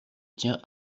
tiens